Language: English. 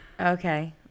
Okay